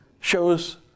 shows